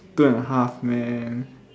two and a half men